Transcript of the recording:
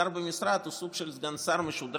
שר במשרד הוא סוג של סגן שר משודרג,